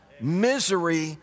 Misery